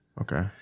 okay